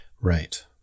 Right